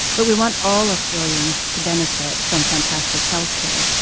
but we want all australians to benefit from fantastic healthcare.